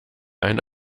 ein